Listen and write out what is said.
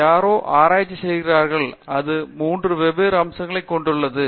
R Chakravarthi எனவே யாரோ ஆராய்ச்சி செய்கிறார்களோ அது 3 வெவ்வேறு அம்சங்களைக் கொண்டுள்ளது